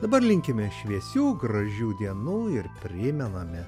dabar linkime šviesių gražių dienų ir primename